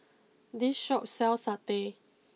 this Shop sells Satay